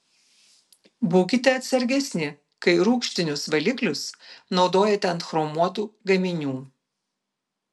būkite atsargesni kai rūgštinius valiklius naudojate ant chromuotų gaminių